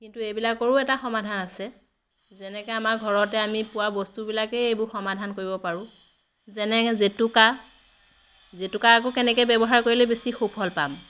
কিন্তু এইবিলাকৰো এটা সমাধান আছে যেনেকৈ আমাৰ ঘৰতে আমি পোৱা বস্তুবিলাকেই এইবোৰ সমাধান কৰিব পাৰোঁ যেনে জেতুকা জেতুকা আকৌ কেনেকৈ ব্যৱহাৰ কৰিলে বেছি সুফল পাম